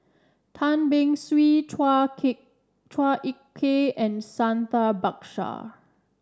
Tan Beng Swee Chua K Chua Ek Kay and Santha Bhaskar